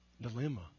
Dilemma